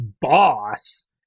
boss